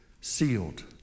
Sealed